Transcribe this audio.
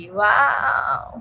wow